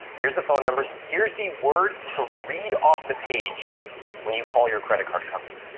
here's the phone numbers, here's the words to read off the page when you call your credit card company.